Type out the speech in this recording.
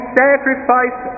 sacrifice